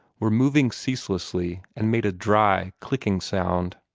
were moving ceaselessly, and made a dry, clicking sound.